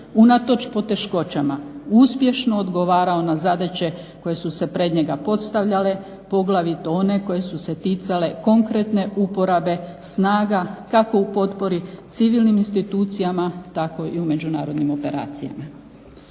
unatoč poteškoćama uspješno odgovarao na zadaće koje su se pred njega postavljale, poglavito one koje su se ticale konkretne uporabe snaga kako u potpori civilnim institucijama tako i u međunarodnim operacijama.